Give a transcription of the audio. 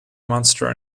monster